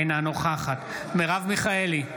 אינה נוכחת מרב מיכאלי,